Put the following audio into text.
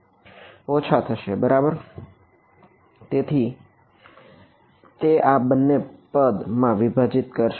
ઓછા થશે બરાબર તેથી તે આ બે પદ માં વિભાજન કરશે